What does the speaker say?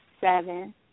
seven